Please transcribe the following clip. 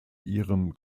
ihrem